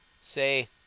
say